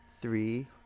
three